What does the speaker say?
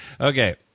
Okay